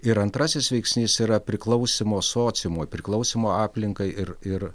ir antrasis veiksnys yra priklausymo sociumui priklausymo aplinkai ir ir